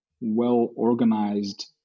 well-organized